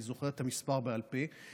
אני זוכר את המספר בעל פה.